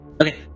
Okay